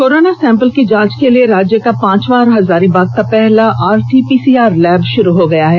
corona sample की जांच के लिए राज्य का पांचवां और हजारीबाग का पहला आरटी पीसीआर लैब भारू हो गया है